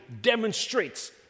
demonstrates